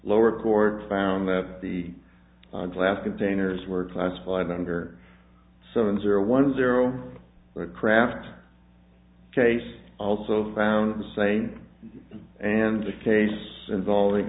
lower court found that the glass containers were classified under seven zero one zero kraft case also found the same and the case involving